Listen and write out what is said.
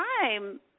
Time